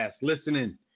listening